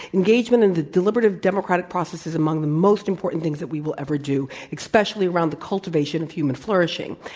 engagement in the deliberative democratic process is among the most important things that we will ever do, especially around the cultivation cultivation of human flourishing